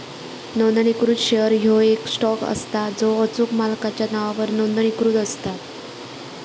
नोंदणीकृत शेअर ह्यो येक स्टॉक असता जो अचूक मालकाच्या नावावर नोंदणीकृत असता